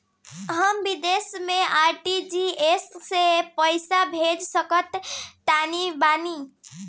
हम विदेस मे आर.टी.जी.एस से पईसा भेज सकिला तनि बताई?